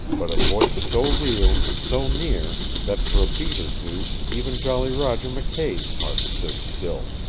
but a voice so real and so near that for a beat or two even jolly roger mckay's heart stood still.